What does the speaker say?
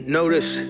notice